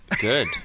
Good